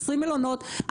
20 מלונות,